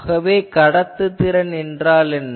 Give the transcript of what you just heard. ஆகவே கடத்துதிறன் என்றால் என்ன